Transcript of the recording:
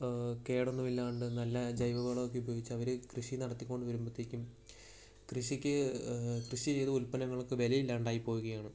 കേടൊന്നും ഇല്ലാണ്ട് നല്ല ജൈവ വളം ഒക്കെ ഉപയോഗിച്ചവർ കൃഷി നടത്തിക്കൊണ്ട് വരുമ്പോഴത്തേക്കും കൃഷിക്ക് കൃഷി ചെയ്ത ഉത്പന്നങ്ങൾക്കു വില ഇല്ലാണ്ടായി പോകുകയാണ്